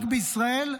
רק בישראל --- בשנה?